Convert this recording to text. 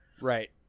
Right